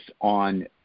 on